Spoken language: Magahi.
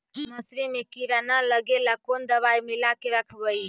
मसुरी मे किड़ा न लगे ल कोन दवाई मिला के रखबई?